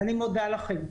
אני מודה לכם.